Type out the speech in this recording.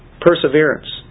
Perseverance